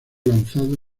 lanzado